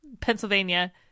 Pennsylvania